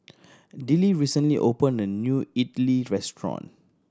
Dillie recently opened a new Idili restaurant